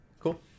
Cool